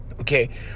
okay